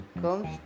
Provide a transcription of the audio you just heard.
comes